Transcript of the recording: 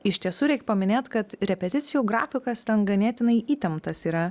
iš tiesų reik paminėt kad repeticijų grafikas ten ganėtinai įtemptas yra